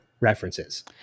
references